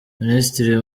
minisitiri